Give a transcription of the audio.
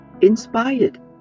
Inspired